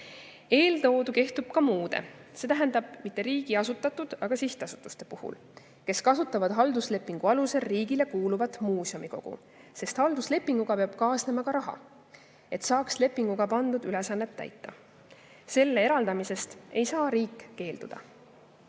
Eeltoodu kehtib ka muude, see tähendab mitte riigi asutatud sihtasutuste puhul, kes kasutavad halduslepingu alusel riigile kuuluvat muuseumikogu, sest halduslepinguga peab kaasnema ka raha, et saaks lepinguga pandud ülesannet täita. Selle eraldamisest ei saa riik keelduda.